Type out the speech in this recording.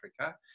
Africa